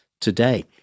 today